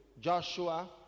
Joshua